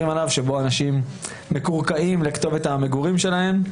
עליו שאנשים מקורקעים לכתובת המגורים שלהם.